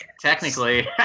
technically